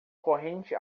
corrente